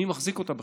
מי מחזיק אותה בכלל?